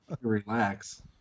Relax